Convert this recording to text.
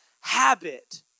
habit